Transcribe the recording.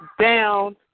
down